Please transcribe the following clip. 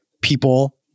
people